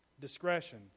Discretion